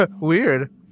Weird